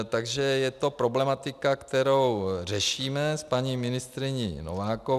Takže je to problematika, kterou řešíme s paní ministryní Novákovou